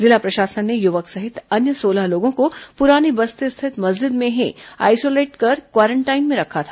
जिला प्रशासन ने युवक सहित अन्य सोलह लोगों को पुरानी बस्ती स्थित मस्जिद में ही आईसोलेट कर क्वारेंटाइन में रखा था